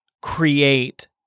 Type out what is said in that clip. create